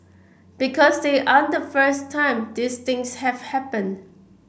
because they aren't the first time these things have happened